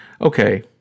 Okay